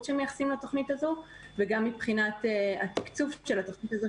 שמייחסים לתוכנית הזו וגם מבחינת התקצוב של התוכנית הזו,